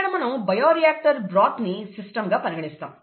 ఇక్కడ మనం bioreactor broth ని సిస్టం గా పరిగణిస్తాం